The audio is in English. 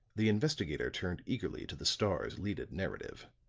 the investigator turned eagerly to the star's leaded narrative.